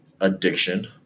addiction